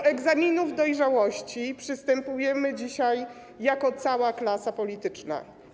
Do egzaminów dojrzałości przystępujemy dzisiaj jako cała klasa polityczna.